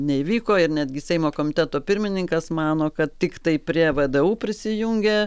neįvyko ir netgi seimo komiteto pirmininkas mano kad tiktai prie vdu prisijungė